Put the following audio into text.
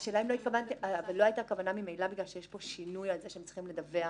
--- אבל לא הייתה כוונה ממילא כי יש פה שינוי שהם צריכים לדווח